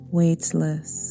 weightless